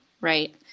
right